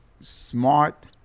smart